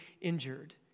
injured